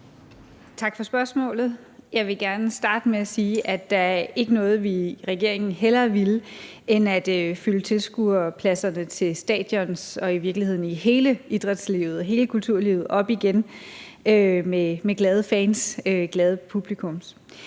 Tak for spørgsmålet. Jeg vil gerne starte med at sige, at der i regeringen ikke er noget, vi hellere ville end at fylde tilskuerpladserne til stadions og i virkeligheden hele idrætslivet og hele kulturlivet op igen med glade fans, glade publikummer.